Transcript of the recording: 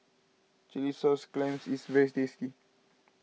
Chilli Sauce Clams is very tasty